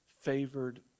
Favored